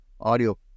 audio